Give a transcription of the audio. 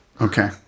Okay